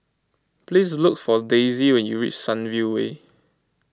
please look for Daisye when you reach Sunview Way